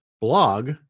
blog